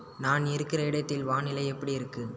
நான் இருக்கிற இடத்தில் வானிலை எப்படி இருக்கு